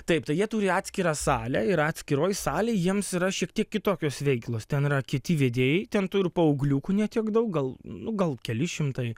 taip tai jie turi atskirą salę ir atskiroj salėj jiems yra šiek tiek kitokios veiklos ten yra kiti vedėjai ten tų ir paaugliukų ne tiek daug gal nu gal keli šimtai